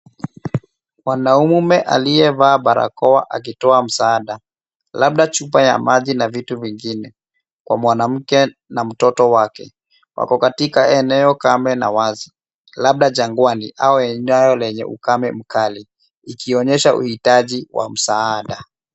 Mwanaume aliyevaa barakoa akitoa msaada, labda chupa ya maji na vitu vingine kwa mwanamke na mtoto wake wako katika eneo kame na wazi, labda jangwani au eneo lenye ukame mkali ikionyesha uhitaji wa msaada.